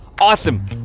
Awesome